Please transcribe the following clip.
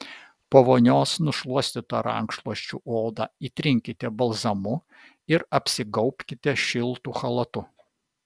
po vonios nušluostytą rankšluosčiu odą įtrinkite balzamu ir apsigaubkite šiltu chalatu